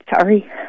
sorry